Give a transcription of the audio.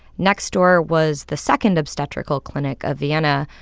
next door was the second obstetrical clinic of vienna.